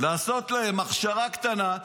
לעשות להם הכשרה קטנה.